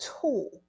tool